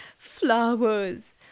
flowers